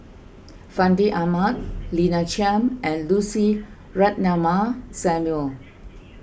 Fandi Ahmad Lina Chiam and Lucy Ratnammah Samuel